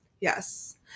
Yes